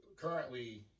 Currently